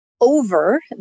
over